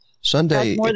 Sunday